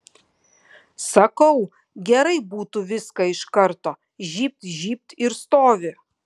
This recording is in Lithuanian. sakau gerai būtų viską iš karto žybt žybt ir stovi